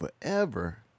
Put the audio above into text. forever